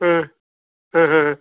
ಹಾಂ ಹಾಂ ಹಾಂ ಹಾಂ